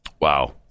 Wow